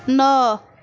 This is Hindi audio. नः